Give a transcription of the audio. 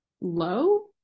low